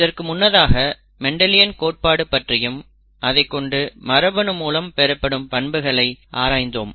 இதற்கு முன்னதாக மெண்டலியன் கோட்பாடு பற்றியும் அதைக்கொண்டு மரபணு மூலம் பெறப்படும் பண்புகளையும் ஆராய்ந்தோம்